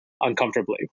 uncomfortably